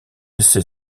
laissé